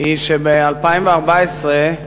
היא שב-2014,